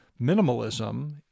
minimalism